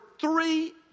three